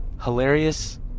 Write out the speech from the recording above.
hilarious